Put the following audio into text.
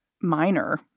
minor